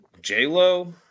J-Lo